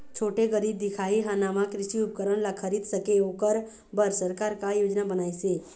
छोटे गरीब दिखाही हा नावा कृषि उपकरण ला खरीद सके ओकर बर सरकार का योजना बनाइसे?